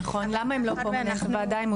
נכון, למה הם לא פה?